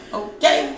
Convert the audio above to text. okay